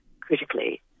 critically